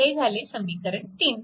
हे झाले समीकरण 3